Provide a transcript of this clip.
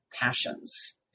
passions